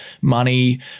money